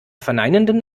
verneinenden